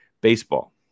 Baseball